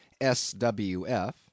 SWF